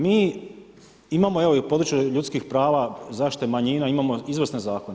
Mi imamo evo, i u području ljudskih prava, zaštite manjina imamo izvrsne zakone.